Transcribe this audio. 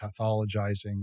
pathologizing